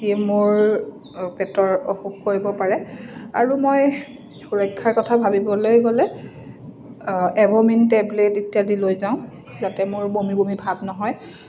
যিয়ে মোৰ পেটৰ অসুখ কৰিব পাৰে আৰু মই সুৰক্ষাৰ কথা ভাবিবলৈ গ'লে এভ'মিন টেবলেট ইত্যাদি লৈ যাওঁ যাতে মোৰ বমি বমি ভাৱ নহয়